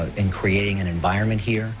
in creating an environment here